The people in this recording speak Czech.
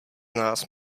nás